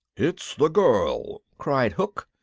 it's the girl! cried hook,